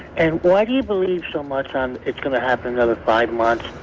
and why do you believe so much on it's gonna happen in another five months?